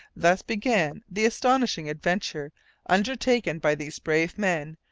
thus began the astonishing adventure undertaken by these brave men,